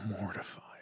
mortified